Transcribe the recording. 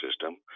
system